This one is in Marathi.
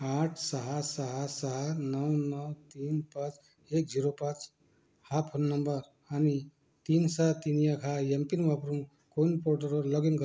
आठ सहा सहा सहा नऊ नऊ तीन पाच एक झिरो पाच हा फोन नंबर आणि तीन सहा तीन एक हा एम पिन वापरून कोइन पोर्टलवर लॉग इन करा